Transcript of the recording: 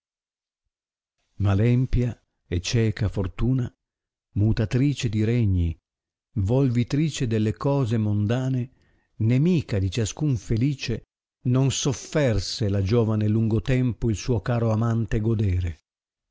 ma l empia e cieca fortuna mutatrice di regni volvitrice delle cose mondane nemica di ciascun felice non sofferse la giovane lungo tempo il suo caro amante godere